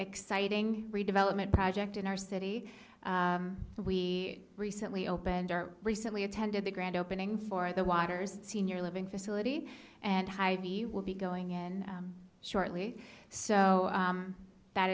exciting redevelopment project in our city and we recently opened our recently attended the grand opening for the waters senior living facility and heidi will be going in shortly so that